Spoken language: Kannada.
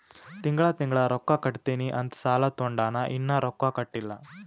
ತಿಂಗಳಾ ತಿಂಗಳಾ ರೊಕ್ಕಾ ಕಟ್ಟತ್ತಿನಿ ಅಂತ್ ಸಾಲಾ ತೊಂಡಾನ, ಇನ್ನಾ ರೊಕ್ಕಾ ಕಟ್ಟಿಲ್ಲಾ